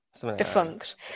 Defunct